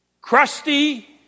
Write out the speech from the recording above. Crusty